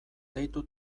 deitu